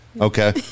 Okay